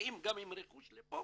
כשמגיעים גם עם רכוש לפה